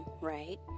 right